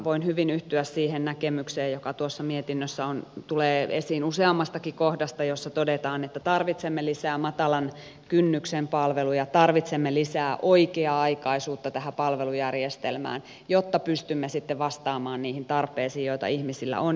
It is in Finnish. voin hyvin yhtyä siihen näkemykseen joka tuossa mietinnössä tulee esiin useammastakin kohdasta jossa todetaan että tarvitsemme lisää matalan kynnyksen palveluja tarvitsemme lisää oikea aikaisuutta tähän palvelujärjestelmään jotta pystymme sitten vastaamaan niihin tarpeisiin joita ihmisillä on